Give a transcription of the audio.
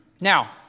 Now